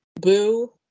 Boo